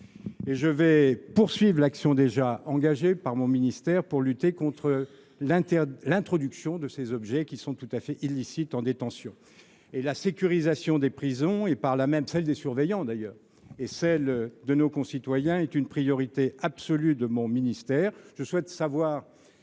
Je vais poursuivre l’action déjà engagée par mon ministère pour lutter contre l’introduction de ces objets, qui sont tout à fait illicites en détention. La sécurisation des prisons, et par là même celle des surveillants et de nos concitoyens, est une priorité absolue de mon ministère. Je souhaite savoir